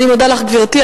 אני מודה לך, גברתי.